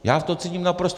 Já v tom cítím naprosto...